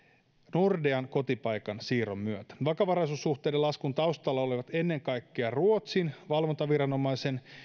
nordean kotipaikan siirron myötä vakavaraisuussuhteiden laskun taustalla olivat ennen kaikkea ruotsin valvontaviranomaisen